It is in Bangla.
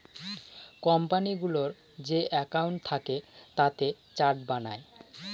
কোম্পানিগুলোর যে একাউন্ট থাকে তাতে চার্ট বানায়